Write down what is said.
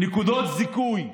נקודות זיכוי,